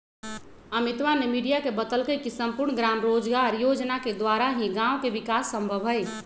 अमितवा ने मीडिया के बतल कई की सम्पूर्ण ग्राम रोजगार योजना के द्वारा ही गाँव के विकास संभव हई